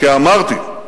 כי אמרתי,